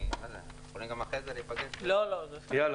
אנחנו יכולים להיפגש גם אחרי זה.